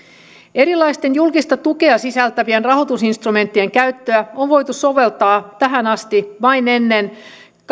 erilaisten julkista tukea sisältävien rahoitusinstrumenttien käyttöä on voitu soveltaa tähän asti vain ennen